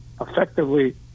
effectively